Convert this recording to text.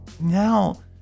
now